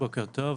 בוקר טוב.